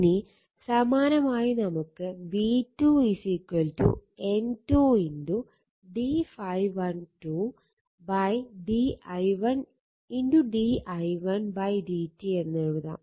ഇനി സമാനമായി നമുക്ക് v2 N2 d ∅12 d i1 d i1 dt എന്നായി എഴുതാം